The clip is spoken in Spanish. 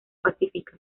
pacíficas